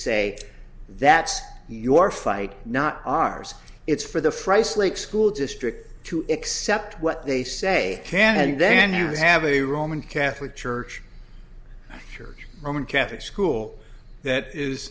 say that's your fight not ours it's for the fry slake school district to accept what they say can and then you have a roman catholic church church roman catholic school that is